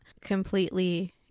completely